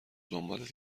دنبالت